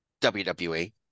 WWE